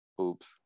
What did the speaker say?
Oops